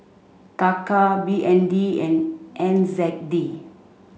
Taka B N D and N Z D